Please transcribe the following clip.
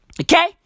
Okay